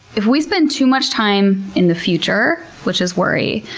if we spend too much time in the future, which is worry,